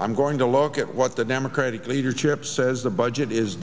i'm going to look at what the democratic leadership says the budget is